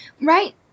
right